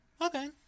Okay